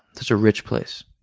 that's a rich place.